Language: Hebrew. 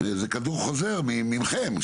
זה כדור חוזר מכם,